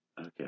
Okay